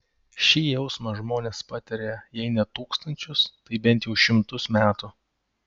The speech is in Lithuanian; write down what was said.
šį jausmą žmonės patiria jei ne tūkstančius tai bent jau šimtus metų